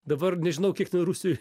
dabar nežinau kiek ten rusijoj